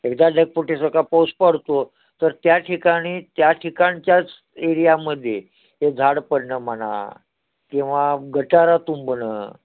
एकदा ढगफुटीसारखा पाऊस पडतो तर त्या ठिकाणी त्या ठिकाणच्याच एरियामध्ये हे झाड पडणं म्हणा किंवा गटारं तुंबणं